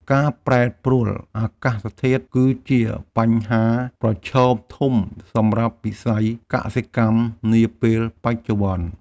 ការប្រែប្រួលអាកាសធាតុគឺជាបញ្ហាប្រឈមធំសម្រាប់វិស័យកសិកម្មនាពេលបច្ចុប្បន្ន។